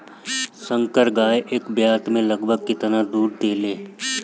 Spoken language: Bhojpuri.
संकर गाय एक ब्यात में लगभग केतना दूध देले?